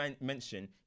mention